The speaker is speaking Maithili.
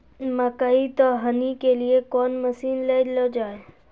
मकई तो हनी के लिए कौन मसीन ले लो जाए?